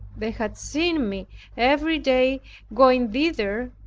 they had seen me every day going thither.